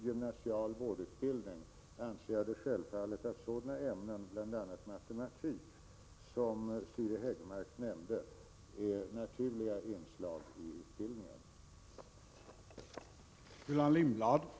Jag anser självfallet att sådana ämnen som matematik, som Siri Häggmark nämnde, är naturliga inslag i en förlängd gymnasial vårdutbildning.